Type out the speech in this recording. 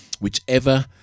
whichever